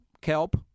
kelp